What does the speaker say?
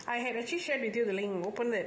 I had actually shared with you the link open it